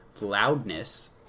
loudness